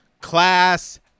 Class